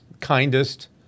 kindest